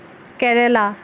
কেৰেলা